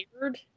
Weird